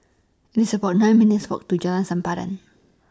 It's about nine minutes' Walk to Jalan Sempadan